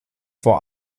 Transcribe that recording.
vor